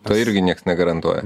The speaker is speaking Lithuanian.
to irgi nieks negarantuoja